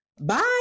bye